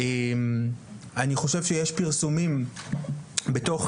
אני חושב שיש פרסומים בתוך